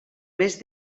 més